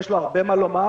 יש לו הרבה מה לומר.